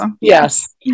Yes